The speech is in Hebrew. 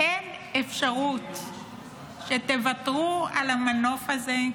אין אפשרות שתוותרו על המנוף הזה,